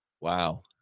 Wow